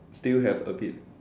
still have a bit